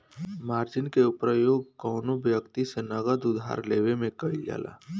margin के प्रयोग कौनो व्यक्ति से नगद उधार लेवे में कईल जाला